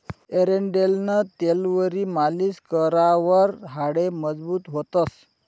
एरंडेलनं तेलवरी मालीश करावर हाडे मजबूत व्हतंस